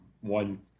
one